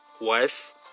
wife